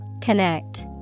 Connect